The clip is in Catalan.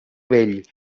bell